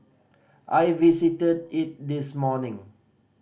I visited it this morning